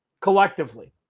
collectively